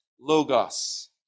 logos